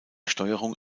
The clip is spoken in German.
steuerung